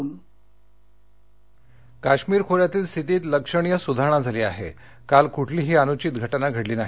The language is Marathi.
जम्म काश्मीर काश्मीर खोऱ्यातील स्थितीत लक्षणीय सुधारणा झाली आहा काल कुठलीही अनुषित घटना घडली नाही